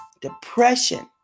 depression